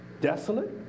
desolate